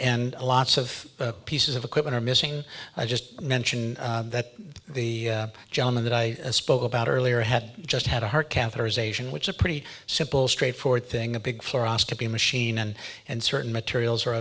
and lots of pieces of equipment are missing i just mention that the gentleman that i spoke about earlier had just had a heart catheterization which is pretty simple straightforward thing a big fluoroscopy machine and and certain materials are